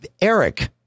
Eric